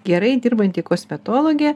gerai dirbanti kosmetologė